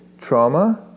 trauma